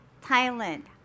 thailand